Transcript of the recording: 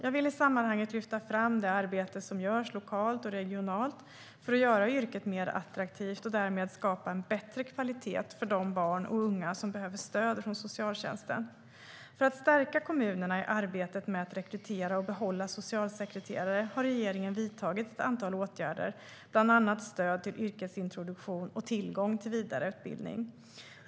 Jag vill i sammanhanget lyfta fram det arbete som görs lokalt och regionalt för att göra yrket mer attraktivt och därmed skapa bättre kvalitet för de barn och unga som behöver stöd från socialtjänsten. För att stärka kommunerna i arbetet med att rekrytera och behålla socialsekreterare har regeringen vidtagit ett antal åtgärder, bland annat stöd till yrkesintroduktion och tillgång till vidareutbildning.